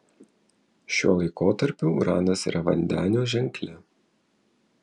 šiuo laikotarpiu uranas yra vandenio ženkle